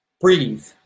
Breathe